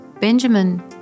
Benjamin